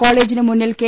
കോളേജിന് മുന്നിൽ കെ